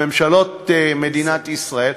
בממשלות מדינת ישראל,